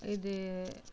இது